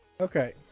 Okay